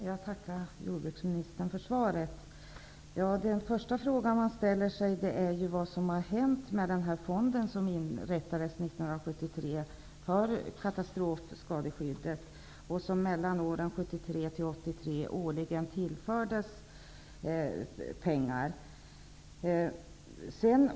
Herr talman! Jag tackar jordbruksministern för svaret. Den första fråga man ställer sig är vad som har hänt med den fond som inrättades 1973 för katastrofskadeskyddet och som åren 1973--1983 årligen tillfördes pengar.